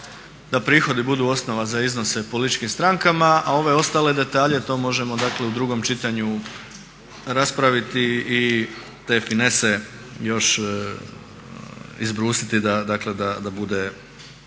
da prihodi budu osnova za iznose političkim strankama, a ove ostale detalje to možemo dakle u drugom čitanju raspraviti i te finese još izbrusiti da bude